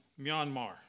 Myanmar